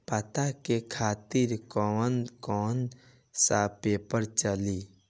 पता के खातिर कौन कौन सा पेपर चली?